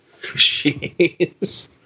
Jeez